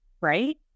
right